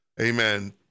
Amen